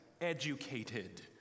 educated